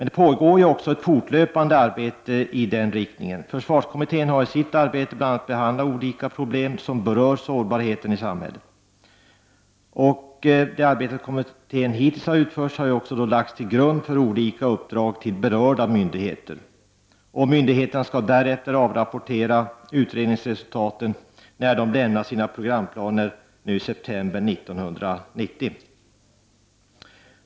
Det pågår ett fortlöpande arbete i den riktningen. Försvarskommittén har isitt arbete bl.a. behandlat olika problem som berör sårbarheten i samhället. Det arbete som kommittén hittills utfört har lagts till grund för olika uppdrag till berörda myndigheter. Myndigheterna skall avrapportera utredningsresultaten i samband med att de avlämnar sina programplaner i september 1990.